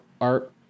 art